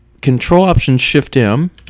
Control-Option-Shift-M